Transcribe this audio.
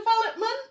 development